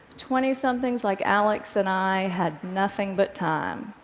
twentysomethings like alex and i had nothing but time.